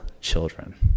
children